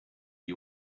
die